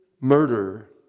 murder